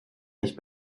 nicht